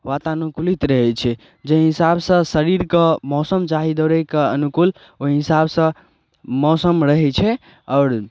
वतानुकूलित रहै छै जे हिसाब सऽ शरीरके मौसम चाही दौड़यके अनुकूल ओहि हिसाब सऽ मौसम रहै छै आओर